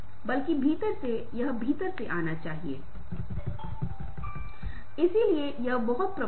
दूसरी ओर यदि आप किसी व्यक्ति को औपचारिक रूप से जानते हैं तो आप एक निश्चित दूरी बनाए रखेंगे तीन फीट या 2 और डेढ़ फीट 3 फीट या 4 फीट हो सकता है